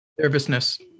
nervousness